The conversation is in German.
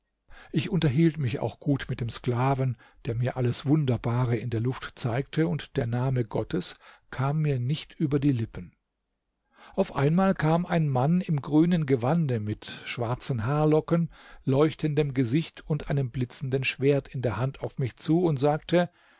ich unterhielt mich auch gut mit dem sklaven der mir alles wunderbare in der luft zeigte und der name gottes kam mir nicht über die lippen auf einmal kam ein mann im grünen gewande mit schwarzen haarlocken leuchtendem gesicht und einem blitzenden schwert in der hand auf mich zu und sagte